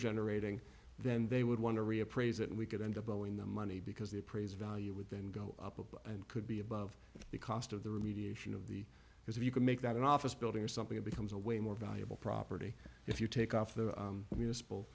generating then they would want to reappraise it and we could end up owing the money because the appraised value would then go up and could be above the cost of the remediation of the because if you can make that an office building or something it becomes a way more valuable property if you take off the municipal